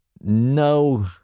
no